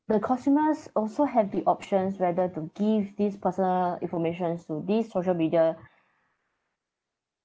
the consumers also have the options whether to give this personal informations to these social media